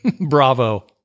Bravo